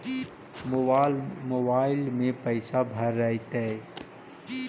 Mobile में पैसा भरैतैय?